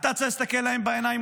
אתה צריך להסתכל להם בעיניים,